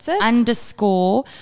underscore